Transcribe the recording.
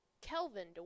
Kelvin